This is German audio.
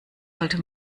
sollte